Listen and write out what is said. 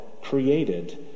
created